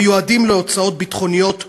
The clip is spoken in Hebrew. מיועדים להוצאות ביטחוניות מסווגות.